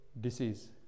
disease